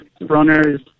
runners